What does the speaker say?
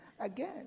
again